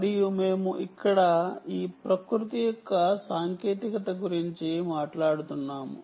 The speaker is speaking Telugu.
మరియు మేము ఇక్కడ ఈ ప్రకృతి యొక్క సాంకేతికత గురించి మాట్లాడుతున్నాము